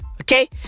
Okay